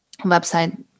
website